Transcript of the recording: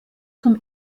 zum